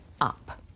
up